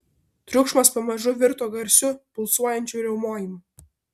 triukšmas pamažu virto garsiu pulsuojančiu riaumojimu